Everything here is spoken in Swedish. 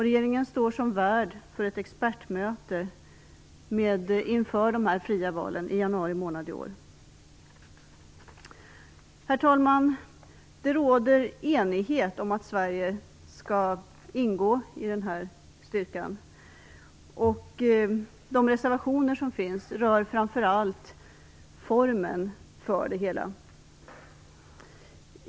Regeringen står som värd för ett expertmöte inför dessa fria val i januari månad. Herr talman! Det råder enighet om att Sverige skall ingå i denna styrka. De reservationer som finns fogade till betänkandet rör framför allt formen för det hela.